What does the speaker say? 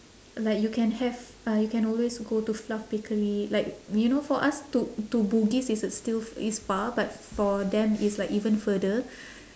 like you can have uh you can always go to fluff bakery like you know for us to to bugis it's still it's far but for them it's like even further